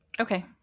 Okay